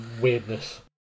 weirdness